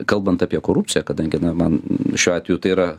kalbant apie korupciją kadangi na man šiuo atveju tai yra